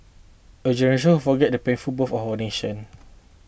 a generation who forget the painful birth of our nation